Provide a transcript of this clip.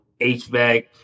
HVAC